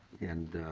and